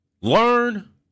learn